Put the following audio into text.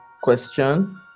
question